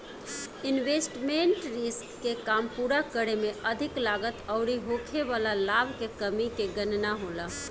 investment risk के काम पूरा करे में अधिक लागत अउरी होखे वाला लाभ के कमी के गणना होला